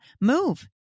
move